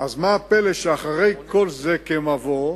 אז מה הפלא שאחרי כל זה כמבוא,